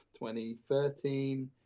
2013